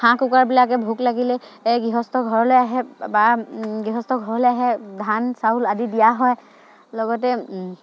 হাঁহ কুকুৰাবিলাকে ভোক লাগিলে গৃহস্থৰ ঘৰলৈ আহে বা গৃহস্থৰ ঘৰলৈ আহে ধান চাউল আদি দিয়া হয় লগতে